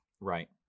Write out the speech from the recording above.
Right